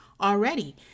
already